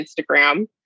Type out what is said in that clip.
Instagram